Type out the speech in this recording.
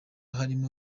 harimo